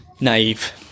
naive